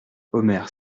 omer